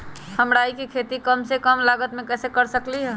हम राई के खेती कम से कम लागत में कैसे कर सकली ह?